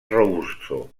robusto